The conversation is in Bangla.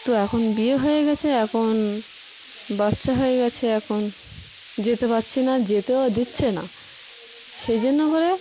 তো এখন বিয়ে হয়ে গেছে এখন বাচ্চা হয়ে গেছে এখন যেতে পারছি না যেতেও দিচ্ছে না সেই জন্য করে